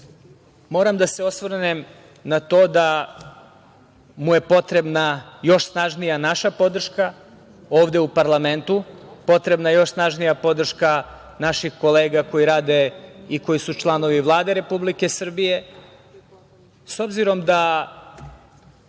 rešen. Moram da se osvrnem na to da mu je potrebna još snažnija naša podrška ovde u parlamentu, potrebna još snažnija podrška naših kolega koji rade i koji su članovi Vlade Republike Srbije.S obzirom da